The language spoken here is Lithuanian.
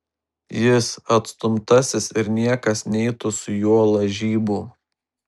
jis atstumtasis ir niekas neitų su juo lažybų